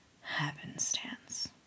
happenstance